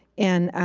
and